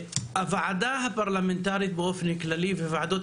הוועדה הפרלמנטרית באופן כללי וועדות